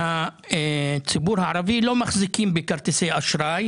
מהציבור הערבי לא מחזיקים בכרטיס אשראי.